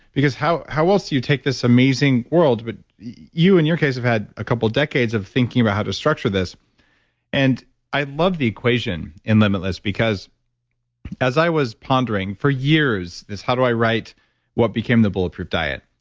because how how else do you take this amazing world? but you in your case have had a couple of decades of thinking about how to structure this and i love the equation in limitless, because as i was pondering for years is how do i write what became the bulletproof diet?